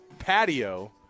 patio